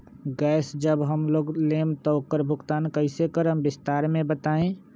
Gas जब हम लोग लेम त उकर भुगतान कइसे करम विस्तार मे बताई?